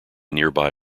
nearby